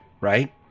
right